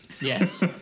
yes